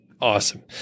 Awesome